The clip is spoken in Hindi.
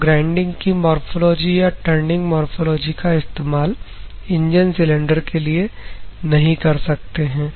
आप ग्राइंडिंग की मोरफ़ोलॉजी या टर्निंग मोरफ़ोलॉजी का इस्तेमाल इंजन सिलेंडर के लिए नहीं कर सकते हैं